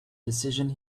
decision